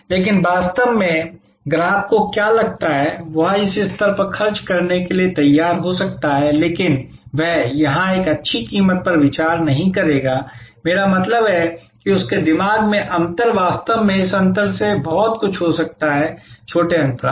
लेकिन वास्तव में ग्राहक को क्या लगता है वह इस स्तर पर खर्च करने के लिए तैयार हो सकता है लेकिन वह यहां एक अच्छी कीमत पर विचार नहीं करेगा मेरा मतलब है कि उसके दिमाग में अंतर वास्तव में इस अंतर से बहुत कुछ हो सकता है छोटे अंतराल